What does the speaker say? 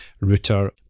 router